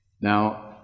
Now